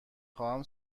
خواهم